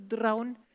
drown